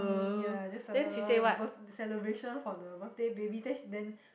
um ya that's a birth celebration for the birthday baby dash then